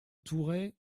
tourret